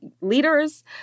leaders